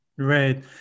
Right